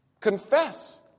confess